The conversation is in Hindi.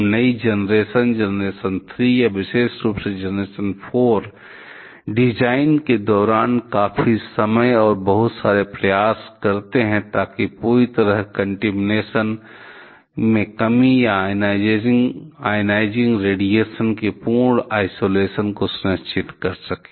और नई जनरेशन जनरेशन 3 और विशेष रूप से जनरेशन 4 डिजाइन के दौरान काफी समय और बहुत सारे प्रयास करते हैं ताकी पूरी तरह से कन्टीमीनेशन में कमी या आयोनाइजिंग रेडिएशन के पूर्ण आइसोलेशन को सुनिश्चित कर सके